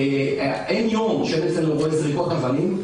אין יום שאין אצלנו זריקות אבנים,